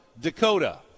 Dakota